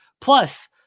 plus